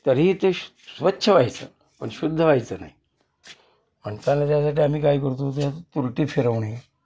तरीही ते श स्वच्छ व्हायचं पण शुद्ध व्हायचं नाही म्हणताना त्यासाठी आम्ही काय करतो त्यात तुरटी फिरवणे